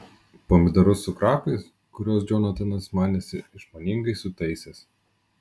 pomidorus su krapais kuriuos džonatanas manėsi išmoningai sutaisęs